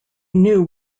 knew